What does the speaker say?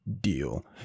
deal